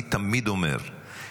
אני תמיד אומר,